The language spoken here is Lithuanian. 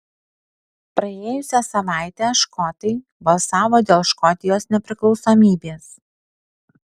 praėjusią savaitę škotai balsavo dėl škotijos nepriklausomybės